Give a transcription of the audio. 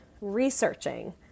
researching